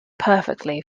perfectly